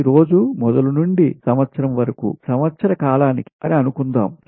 ఈ రోజు మొదలు నుండి సంవత్సరం వరకు సంవత్సర కాలానికి అని అనుకుందాం